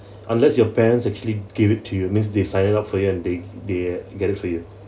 unless your parents actually give it to you means they signed it up for you and they they uh get it for you